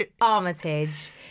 Armitage